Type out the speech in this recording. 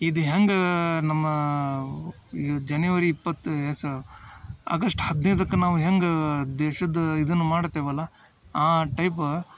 ಇದು ಹೆಂಗೆ ನಮ್ಮ ಈ ಜನಿವರಿ ಇಪ್ಪತ್ತು ಎಸ ಅಗಶ್ಟ್ ಹದಿನೈದಕ್ಕೆ ನಾವು ಹೆಂಗೆ ದೇಶದ ಇದನ್ನ ಮಾಡ್ತೇವಲ್ಲ ಆ ಟೈಪ್